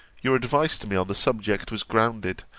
your advice to me on the subject was grounded,